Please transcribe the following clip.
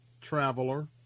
traveler